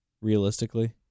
realistically